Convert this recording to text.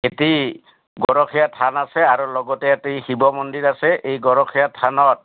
এটি গৰখীয়া থান আছে আৰু লগতে এটি শিৱ মন্দিৰ আছে এই গৰখীয়া থানত